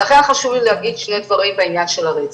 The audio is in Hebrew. לכן חשוב לי להגיד שני דברים בעניין של הרצף.